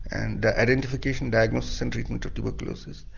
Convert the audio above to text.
and identification, diagnosis and treatment of tuberculosis.